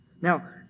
Now